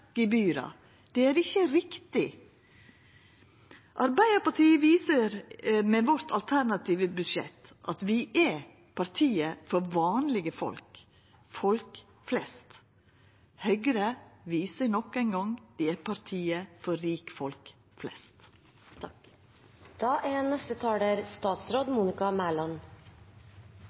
Det er ikkje riktig. Arbeidarpartiet viser med sitt alternative budsjett at vi er partiet for vanlege folk – folk flest. Høgre viser nok ein gong at det er partiet for rikfolk flest.